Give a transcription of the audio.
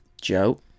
Joe